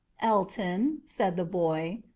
ellton, said the boy.